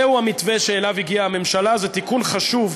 זהו המתווה שאליו הגיעה ממשלה, זה תיקון חשוב,